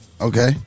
Okay